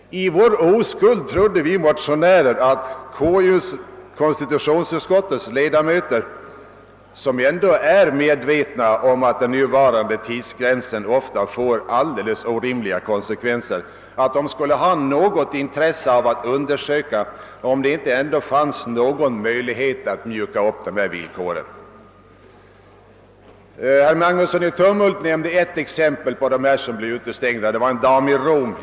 I vår oskuld trodde vi att konstitutionsutskottets ledamöter, som ändå är medvetna om att den nuvarande tidsgränsen ofta får orimliga konsekvenser, skulle ha något intresse av att undersöka om det inte ändå fanns någon möjlighet att mjuka upp villkoren. Herr Magnusson i Tumhult nämnde ett exempel på dessa som blev utestängda — det gällde en dam i Rom.